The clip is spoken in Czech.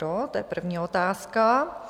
To je první otázka.